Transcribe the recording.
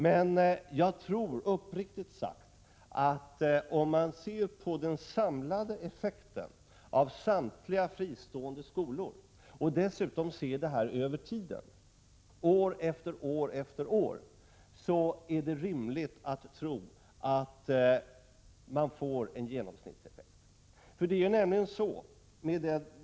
Men om man ser på den samlade effekten av samtliga fristående skolor och dessutom ser det över tiden — år efter år — är det rimligt att tro att man skulle få en sådan genomsnittlig kostnad.